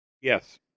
Yes